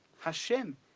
Hashem